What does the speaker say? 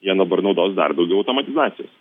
jie dabar naudos dar daugiau automatizacijos